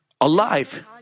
alive